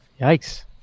Yikes